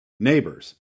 Neighbors